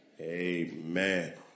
Amen